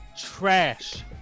trash